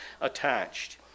attached